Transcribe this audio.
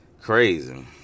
crazy